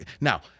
now